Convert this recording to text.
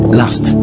last